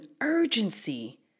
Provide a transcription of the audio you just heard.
urgency